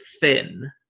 thin